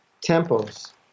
tempos